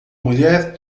mulher